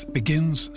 begins